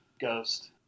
ghost